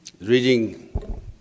reading